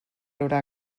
haurà